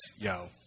yo